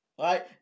right